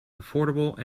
affordable